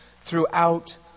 throughout